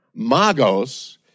magos